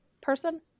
person